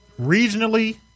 regionally